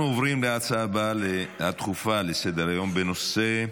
אנחנו עוברים להצעה הדחופה הבאה לסדר-היום, בנושא: